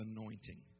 anointing